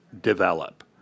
develop